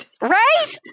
right